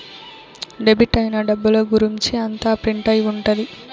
debit అయిన డబ్బుల గురుంచి అంతా ప్రింట్ అయి ఉంటది